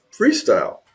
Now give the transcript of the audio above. freestyle